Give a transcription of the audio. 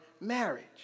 marriage